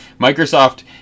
Microsoft